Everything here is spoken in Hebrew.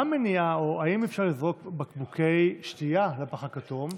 האם אפשר לזרוק בקבוקי שתייה לפח הכתום?